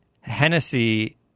Hennessy